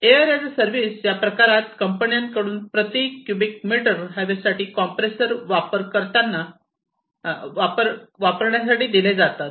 air as a service या प्रकारात कंपन्यांकडून प्रती क्युबिक मीटर हवेसाठी कॉम्प्रेसर वापर करताना वापरण्यासाठी दिले जातात